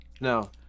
No